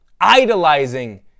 idolizing